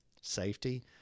safety